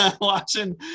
watching